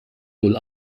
null